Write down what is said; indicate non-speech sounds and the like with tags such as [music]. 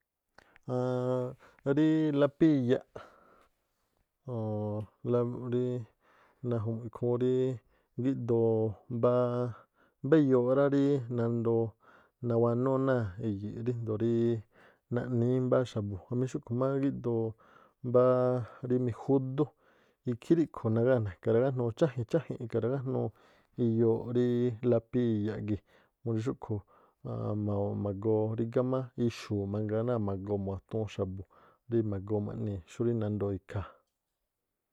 Aaan rí lápí iyaꞌ o̱ laa, rí na̱ju̱mu̱ꞌ ikhúún rí gíꞌdoo mbáá mbá iyooꞌ rá rí nandoo nawanúú náa̱ eyi̱i̱ꞌ ríndo̱o ríí naꞌníí mbá xa̱bu̱ jamí xúꞌkhu̱ gíꞌdoo rí mijúdú ikhí ríꞌkhu̱ naga- na̱ka̱- ragájnuu cháji̱nꞌ cháji̱nꞌ e̱ka̱ ragájuu iyooꞌ rí lápí iyaꞌ gii̱ murí xúꞌkhu̱ [hesitation] ma̱goo rígá má ixu̱u̱ mangaa náa̱ magoo mawatuun xa̱bu̱ rí ma̱goo ma̱ꞌnii̱ xurí nandoo̱ ikhaa̱.